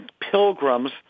pilgrims